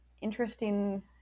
interesting